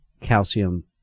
calcium